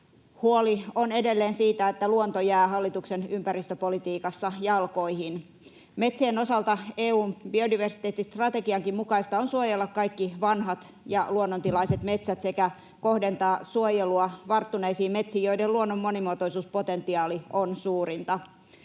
Huoli on edelleen siitä, että luonto jää hallituksen ympäristöpolitiikassa jalkoihin. Metsien osalta EU:n biodiversiteettistrategiankin mukaista on suojella kaikki vanhat ja luonnontilaiset metsät sekä kohdentaa suojelua varttuneisiin metsiin, joiden luonnon monimuotoisuuspotentiaali on suurinta.